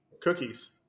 Cookies